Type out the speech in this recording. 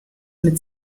mit